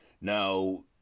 Now